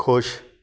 ਖੁਸ਼